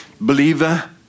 Believer